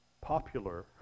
popular